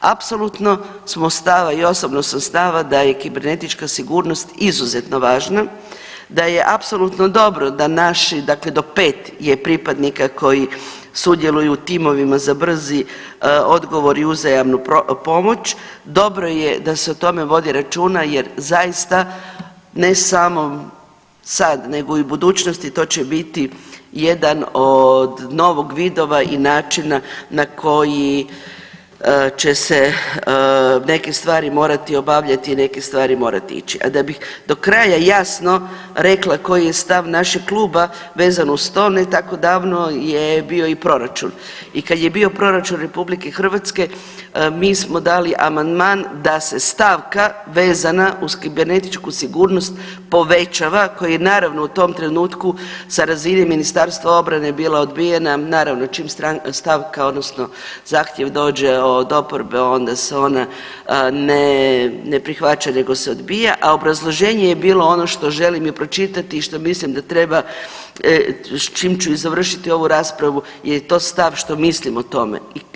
Apsolutno smo stava i osobno sam stava da je kibernetička sigurnost izuzetno važna, da je apsolutno dobro da naši, dakle do 5 je pripadnika koji sudjeluju u timovima za brzi odgovor i uzajamnu pomoć, dobro je da se o tome vodi računa jer zaista ne samo sad nego i u budućnosti to će biti jedan od novog vidova i načina na koji će se neke stvari morati obavljati i neke stvari morati ići, a da bi do kraja jasno rekla koji je stav našeg kluba vezano uz to, ne tako davno je bio i proračun i kad je bio proračun RH mi smo dali amandman da se stavka vezana uz kibernetičku sigurnost povećava koji je naravno u tom trenutku sa razine Ministarstva obrane bila odbijena, naravno čim stavka odnosno zahtjev dođe od oporbe onda se ona ne, ne prihvaća nego se odbija, a obrazloženje je bilo ono što želim i pročitati i što mislim da treba, s čim ću i završiti ovu raspravu je to stav što mislim o tome.